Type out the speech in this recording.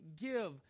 give